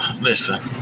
listen